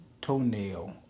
toenail